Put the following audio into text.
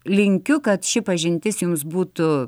linkiu kad ši pažintis jums būtų